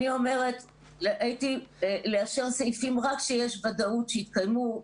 אני אומרת לאשר סעיפים שיש ודאות שיתקיימו.